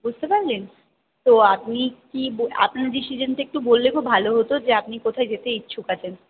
বুঝতে পারলেন তো আপনি কি আপনার ডিসিশানটা একটু বললে খুব ভালো হতো যে আপনি কোথায় যেতে ইচ্ছুক আছেন